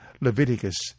Leviticus